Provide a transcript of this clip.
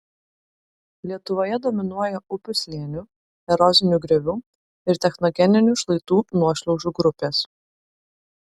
lietuvoje dominuoja upių slėnių erozinių griovų ir technogeninių šlaitų nuošliaužų grupės